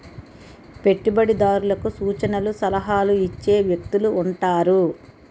పెట్టుబడిదారులకు సూచనలు సలహాలు ఇచ్చే వ్యక్తులు ఉంటారు